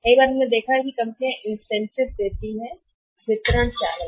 कई बार हमने देखा होगा कि जब कंपनियां इंसेंटिव देती हैं चैनल वितरण चैनल